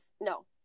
no